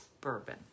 Bourbon